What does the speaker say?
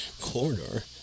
corridor